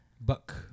Buck